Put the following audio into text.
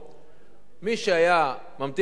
מי שהיה ממתין לדיור ציבורי,